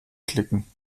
klicken